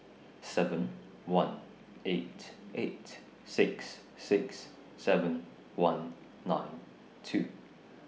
seven one eight eight six six seven one nine two